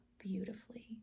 beautifully